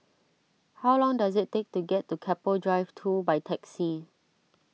how long does it take to get to Keppel Drive two by taxi